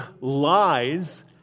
lies